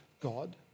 God